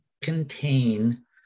contain